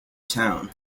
town